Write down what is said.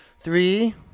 Three